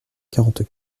quarante